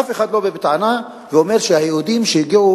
אף אחד לא בא בטענה ואומר שהיהודים שהגיעו